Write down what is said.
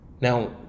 Now